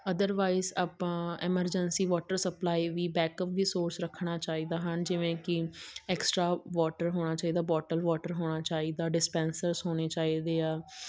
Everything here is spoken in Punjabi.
ਅਦਰਵਾਈਜ਼ ਆਪਾਂ ਐਮਰਜੈਂਸੀ ਵੋਟਰ ਸਪਲਾਈ ਵੀ ਬੈਕਅਪ ਵੀ ਸੋਰਸ ਰੱਖਣਾ ਚਾਹੀਦਾ ਹਨ ਜਿਵੇਂ ਕਿ ਐਕਸਟਰਾ ਵੋਟਰ ਹੋਣਾ ਚਾਹੀਦਾ ਬੋਟਲ ਵੋਟਰ ਹੋਣਾ ਚਾਹੀਦਾ ਡਿਸਪੈਂਸਰਸ ਹੋਣੇ ਚਾਹੀਦੇ ਆ